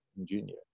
engineer